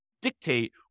Dictate